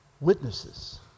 witnesses